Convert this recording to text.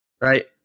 Right